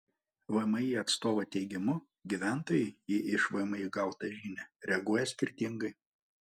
vmi atstovo teigimu gyventojai į iš vmi gautą žinią reaguoja skirtingai